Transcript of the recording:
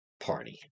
party